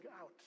out